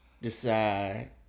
Decide